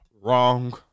Wrong